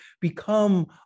become